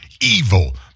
evil